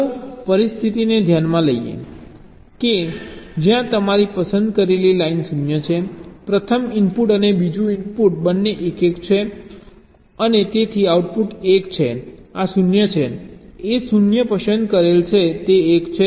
ચાલો પરિસ્થિતિને ધ્યાનમાં લઈએ કે જ્યાં તમારી પસંદ કરેલી લાઇન 0 છે પ્રથમ ઇનપુટ અને બીજું ઇનપુટ બંને 1 1 છે અને તેથી આઉટપુટ 1 છે આ 0 છે A 0 પસંદ કરેલ છે તે 1 છે